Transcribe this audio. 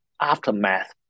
aftermath